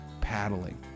paddling